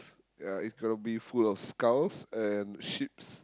ya it's gonna be full of skulls and ships